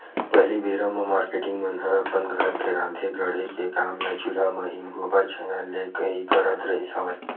पहिली बेरा म मारकेटिंग मन ह अपन घर के राँधे गढ़े के काम ल चूल्हा म ही, गोबर छैना ले ही करत रिहिस हवय